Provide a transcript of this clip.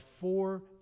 four